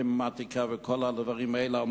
מתמטיקה וכל הדברים האלה,